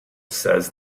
says